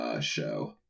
show